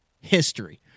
history